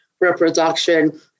reproduction